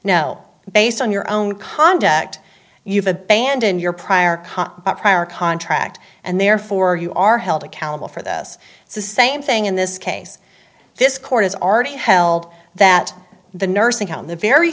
now based on your own conduct you've abandoned your prior caught prior contract and therefore you are held accountable for this it's the same thing in this case this court has already held that the nursing home the very